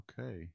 Okay